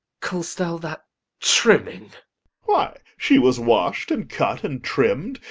call'st thou that trimming why, she was wash'd, and cut, and trimm'd,